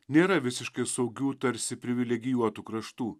nėra visiškai saugių tarsi privilegijuotų kraštų